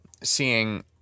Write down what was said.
seeing